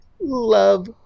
Love